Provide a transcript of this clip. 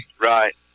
Right